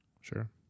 sure